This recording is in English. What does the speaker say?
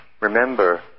remember